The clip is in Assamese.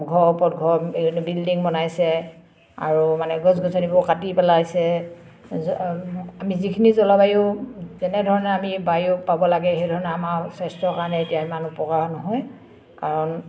ঘৰৰ ওপৰত ঘৰ বিল্ডিং বনাইছে আৰু মানে গছ গছনিবোৰ কাটি পেলাইছে আমি যিখিনি জলবায়ু যেনেধৰণে আমি বায়ু পাব লাগে সেই ধৰণে আমাৰ স্বাস্থ্যৰ কাৰণে এতিয়া ইমান উপকাৰ নহয় কাৰণ